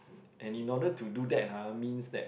and in order to do that ha means that